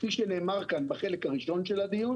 כפי שנאמר כאן בחלק הראשון של הדיון